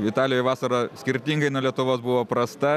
italijoj vasara skirtingai nuo lietuvos buvo prasta